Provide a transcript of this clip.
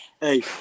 Hey